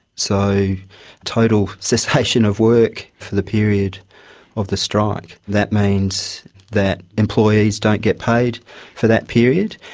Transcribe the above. so total cessation of work for the period of the strike. that means that employees don't get paid for that period,